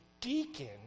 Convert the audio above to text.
deacon